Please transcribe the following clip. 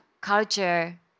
culture